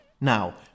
Now